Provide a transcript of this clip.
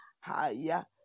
higher